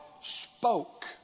spoke